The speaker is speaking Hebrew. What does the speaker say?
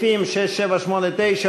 גם הסתייגות מס' 18 לא התקבלה.